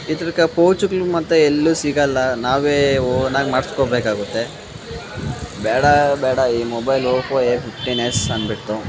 ಇದ್ರಕ ಪೌಚ್ಗಳು ಮತ್ತು ಎಲ್ಲೂ ಸಿಗೋಲ್ಲ ನಾವೇ ಓನ್ ಆಗಿ ಮಾಡಿಸ್ಕೋಬೇಕಾಗುತ್ತೆ ಬೇಡ ಬೇಡ ಈ mobile Oppo A fifteen S ಅನ್ಬಿಟ್ಟು